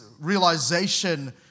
realization